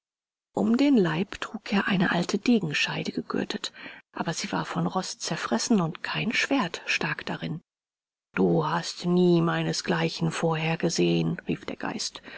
um den leib trug er eine alte degenscheide gegürtet aber sie war von rost zerfressen und kein schwert stak darin du hast nie meinesgleichen vorher gesehen rief der geist